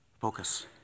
Focus